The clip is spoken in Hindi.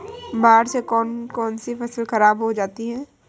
बाढ़ से कौन कौन सी फसल खराब हो जाती है?